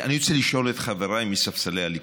אני רוצה לשאול את חבריי מספסלי הליכוד,